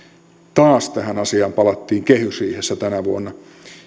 taas tähän asiaan palattiin kehysriihessä tänä vuonna